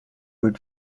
would